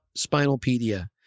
Spinalpedia